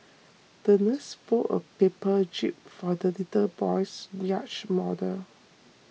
the nurse folded a paper jib for the little boy's yacht model